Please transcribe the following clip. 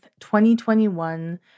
2021